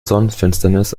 sonnenfinsternis